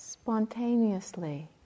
Spontaneously